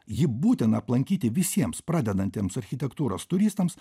ji būtina aplankyti visiems pradedantiems architektūros turistams